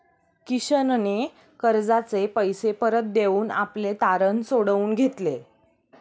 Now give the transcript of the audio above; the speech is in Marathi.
किशनने कर्जाचे पैसे परत देऊन आपले तारण सोडवून घेतले